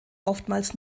oftmals